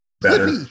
better